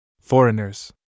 Foreigners